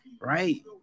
right